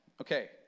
Okay